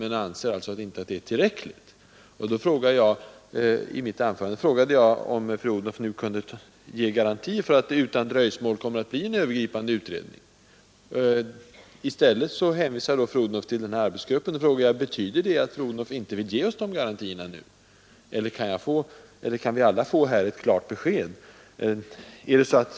Men utskottet anser alltså inte att den är tillräcklig. I mitt anförande frågade jag om fru Odhnoff nu kunde ge garantier för att det utan dröjsmål kommer att göras en övergripande utredning. I stället hänvisar fru Odhnoff till arbetsgruppen. Betyder det att fru Odhnoff inte vill ge oss några garantier nu? Kan vi få ett klart besked på den punkten?